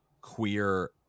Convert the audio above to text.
queer